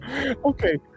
okay